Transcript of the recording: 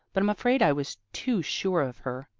but i'm afraid i was too sure of her.